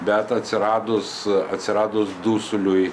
bet atsiradus atsiradus dusuliui